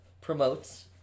promotes